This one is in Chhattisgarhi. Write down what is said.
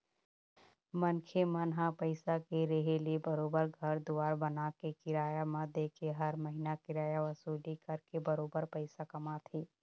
मनखे मन ह पइसा के रेहे ले बरोबर घर दुवार बनाके, किराया म देके हर महिना किराया वसूली करके बरोबर पइसा कमाथे